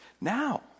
Now